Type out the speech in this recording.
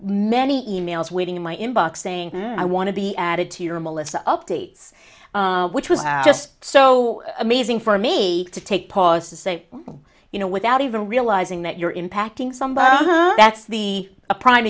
many e mails waiting in my inbox saying i want to be added to your melissa updates which was just so amazing for me to take pause to say you know without even realizing that you're impacting somebody that's the a prime